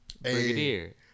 Brigadier